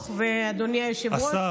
ועדת העבודה והרווחה תתכנס.